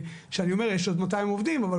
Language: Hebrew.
כשאני אומר יש עוד מאתיים עובדים.